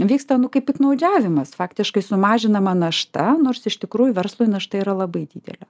vyksta nu kaip piktnaudžiavimas faktiškai sumažinama našta nors iš tikrųjų verslui našta yra labai didelė